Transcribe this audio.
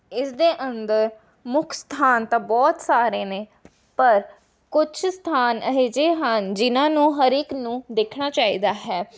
ਇਸ ਦੇ ਅੰਦਰ ਮੁੱਖ ਸਥਾਨ ਤਾਂ ਬਹੁਤ ਸਾਰੇ ਨੇ ਪਰ ਕੁਛ ਸਥਾਨ ਇਹੋ ਜਿਹੇ ਹਨ ਜਿਹਨਾਂ ਨੂੰ ਹਰ ਇੱਕ ਨੂੰ ਦੇਖਣਾ ਚਾਹੀਦਾ ਹੈ